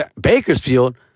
Bakersfield